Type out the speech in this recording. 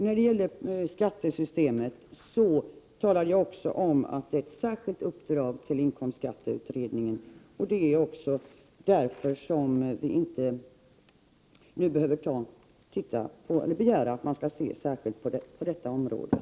När det gäller skattesystemet talade jag också om att det finns ett särskilt uppdrag till inkomstskatteutredningen. Därför behöver vi inte nu begära en särskild översyn av det området.